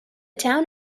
town